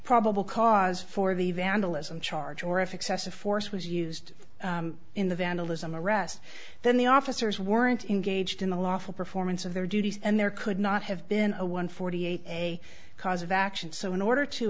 probable cause for the vandalism charge or if excessive force was used in the vandalism arrest then the officers weren't engaged in the lawful performance of their duties and there could not have been a one forty eight a cause of action so in order to